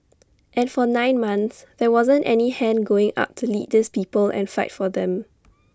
and for nine months there wasn't any hand going up to lead these people and fight for them